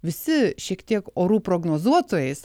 visi šiek tiek orų prognozuotojais